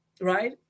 right